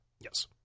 Yes